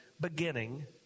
beginning